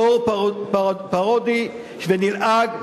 באור פרודי ונלעג,